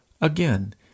Again